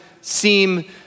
seem